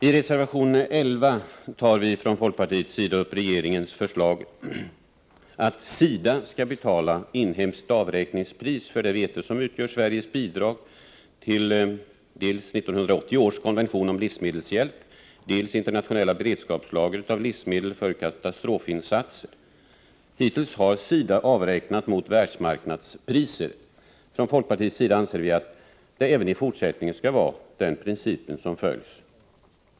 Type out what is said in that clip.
I reservation 11 tar vi från folkpartiet upp regeringens förslag att SIDA skall betala inhemskt avräkningspris för det vete som utgör Sveriges bidrag till dels 1980 års konvention om livsmedelshjälp, dels Internationella beredskapslagret av livsmedel för katastrofinsatser. Hittills har SIDA avräknat mot världsmarknadspriser. Från folkpartiet anser vi att det även i fortsättningen skall vara den principen som följs.